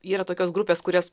yra tokios grupės kurios